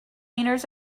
meters